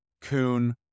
coon